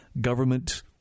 government